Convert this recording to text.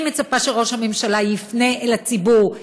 אני מצפה שראש הממשלה יפנה אל הציבור,